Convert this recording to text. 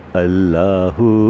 allahu